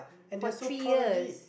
for three years